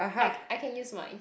I I can use mine